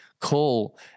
call